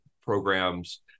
programs